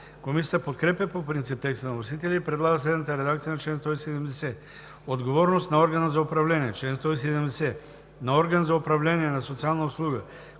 Комисията подкрепя по принцип текста на вносителя и предлага следната редакция на чл. 170: „Отговорност на органа на управление Чл. 170. На орган